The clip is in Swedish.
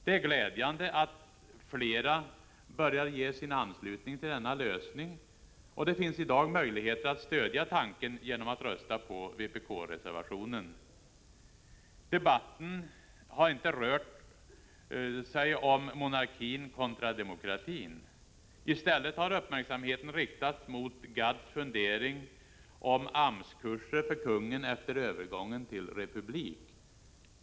Det är glädjande att flera börjar ge sin anslutning till denna lösning, och det finns i dag möjligheter att stödja tanken genom att rösta på vpk-reservationen. Debatten har inte rört sig om monarkin kontra demokratin. I stället har uppmärksamheten riktats mot Arne Gadds fundering om AMS-kurser för kungen efter övergången till republik.